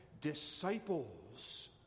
disciples